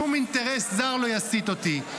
שום אינטרס זר לא יסיט אותי.